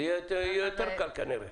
יהיה יותר קל כנראה.